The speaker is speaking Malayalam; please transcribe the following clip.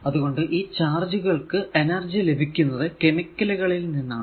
അതുകൊണ്ടു ഈ ചാർജുകൾ ക്കു എനർജി ലഭിക്കുന്നത് കെമിക്കലുകൾ ൽ നിന്നാണ്